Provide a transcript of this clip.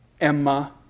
Emma